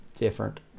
Different